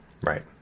Right